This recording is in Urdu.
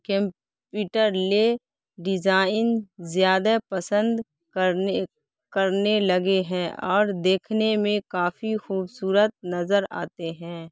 کیمپیٹر لے ڈیزائن زیادہ پسند کرنے کرنے لگے ہیں اور دیکھنے میں کافی خوبصورت نظر آتے ہیں